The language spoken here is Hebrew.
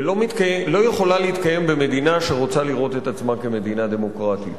ולא יכולה להתקיים במדינה שרוצה לראות את עצמה כמדינה דמוקרטית.